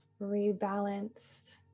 rebalanced